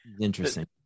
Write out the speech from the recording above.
interesting